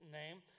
name